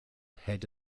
head